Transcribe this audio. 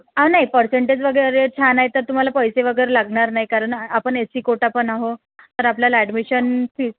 नाही पर्सेंटेज वगैरे छान आहे तर तुम्हाला पैसे वगैरे लागणार नाही कारण आपण एस सी कोटा पण आहो तर आपल्याला ॲडमिशन फीस